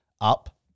up